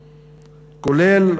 כולל,